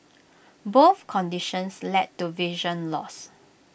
both conditions led to vision loss